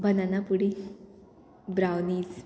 banana pudding brownies